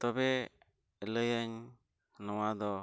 ᱛᱚᱵᱮ ᱞᱟᱹᱭᱟᱹᱧ ᱱᱚᱣᱟ ᱫᱚ